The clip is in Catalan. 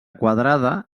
quadrada